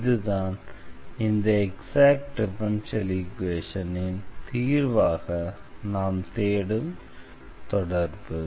இதுதான் இந்த exact differential ஈக்வேஷனின் தீர்வாக நாம் தேடும் தொடர்பு